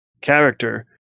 Character